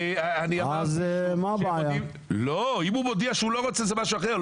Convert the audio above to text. אם הוא מודיע שהוא לא רוצה, זה משהו אחר.